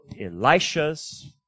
Elisha's